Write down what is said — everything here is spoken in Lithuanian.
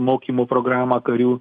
mokymų programą karių